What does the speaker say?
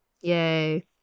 Yay